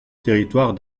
territoire